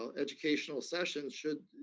um educational sessions, should,